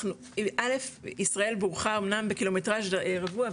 א' ישראל ברוכה אמנם בקילומטרז' רבוע,